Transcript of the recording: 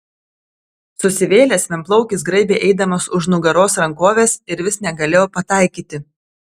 susivėlęs vienplaukis graibė eidamas už nugaros rankoves ir vis negalėjo pataikyti